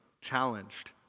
challenged